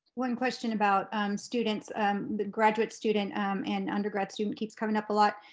one question about and students, and the graduate students um and undergrad students keep coming up a lot.